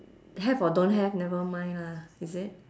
have or don't have nevermind lah is it